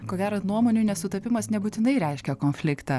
ko gero nuomonių nesutapimas nebūtinai reiškia konfliktą